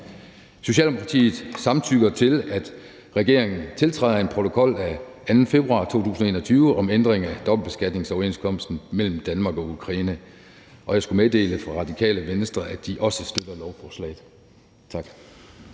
Socialdemokratiet samtykker til, at regeringen tiltræder en protokol af 2. februar 2021 om ændring af dobbeltbeskatningsoverenskomsten mellem Danmark og Ukraine. Og jeg skal meddele, fra Radikale Venstre, at de også støtter lovforslaget. Tak.